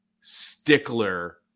stickler